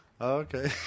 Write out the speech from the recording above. Okay